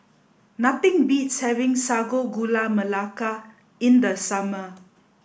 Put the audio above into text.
nothing beats having Sago Gula Melaka in the summer